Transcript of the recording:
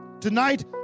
Tonight